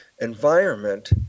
environment